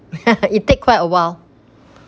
it take quite a while